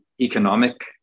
economic